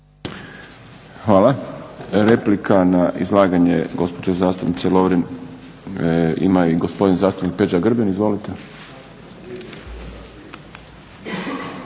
Hvala. Replika na izlaganje gospođe zastupnice Lovrin ima i gospodin zastupnik Peđa Grbin. Izvolite.